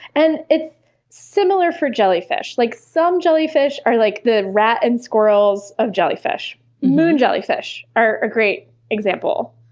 and it's similar for jellyfish. like some jellyfish are, like, the rats and squirrels of jellyfish moon jellyfish are a great example.